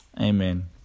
Amen